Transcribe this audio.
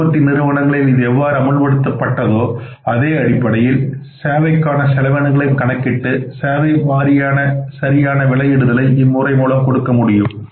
உற்பத்தி நிறுவனத்தில் எவ்வாறு இது அமுல்செய்யப்பட்டதோ அதே அடிப்படையில் சேவைக்கான செலவினங்களையும் கணக்கிட்டு சேவை வாரியாக சரியான விடுதலை இம்முறை மூலம் கொடுக்க முடியும்